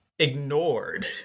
Ignored